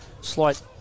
slight